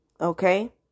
Okay